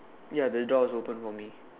ya the door is open for me